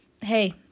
hey